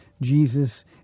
Jesus